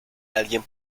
alguien